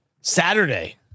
Saturday